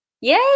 Yay